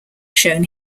shown